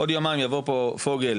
בעוד יומיים יבוא פה פוגל,